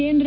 ಕೇಂದ್ರ